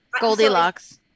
Goldilocks